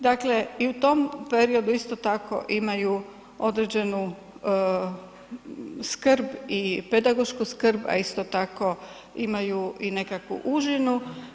Dakle i u tom periodu isto tako imaju određenu skrb i pedagošku skrb, a isto tako imaju i nekakvu užinu.